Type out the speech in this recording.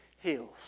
heals